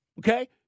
okay